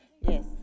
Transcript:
Yes